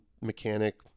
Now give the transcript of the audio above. mechanic